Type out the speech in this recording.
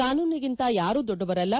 ಕಾನೂನಿಗಿಂತ ಯಾರೂ ದೊಡ್ಡವರಲ್ಲ